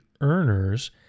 earners